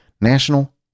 national